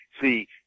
see